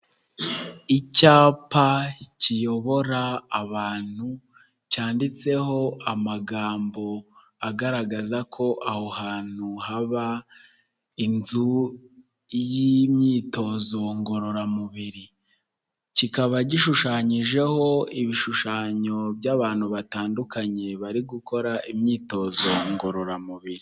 Icyapa kiyobora abantu cyanditseho amagambo agaragaza ko aho hantu haba inzu y'imyitozo ngororamubiri, kikaba gishushanyijeho ibishushanyo by'abantu batandukanye bari gukora imyitozo ngororamubiri.